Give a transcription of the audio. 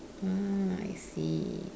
mm I see